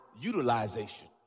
utilization